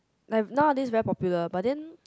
like nowadays very popular but then